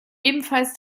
ebenfalls